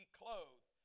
clothed